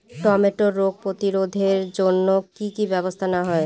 টমেটোর রোগ প্রতিরোধে জন্য কি কী ব্যবস্থা নেওয়া হয়?